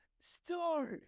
start